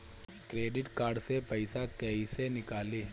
Credit card से पईसा केइसे निकली?